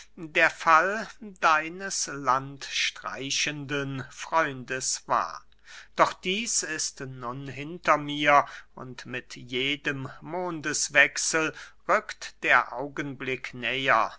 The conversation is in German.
der fall deines landstreichenden freundes war doch dieß ist nun hinter mir und mit jedem mondeswechsel rückt der augenblick